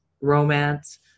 romance